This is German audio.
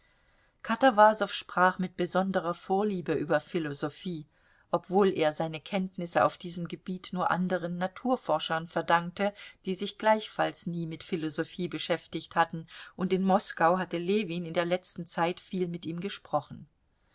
katawasow sprach mit besonderer vorliebe über philosophie obwohl er seine kenntnisse auf diesem gebiet nur anderen naturforschern verdankte die sich gleichfalls nie mit philosophie beschäftigt hatten und in moskau hatte ljewin in der letzten zeit viel mit ihm gesprochen